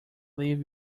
leave